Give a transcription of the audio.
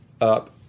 up